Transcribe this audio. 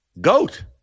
Goat